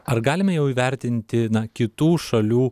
ar galime jau įvertinti na kitų šalių